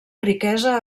riquesa